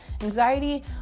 Anxiety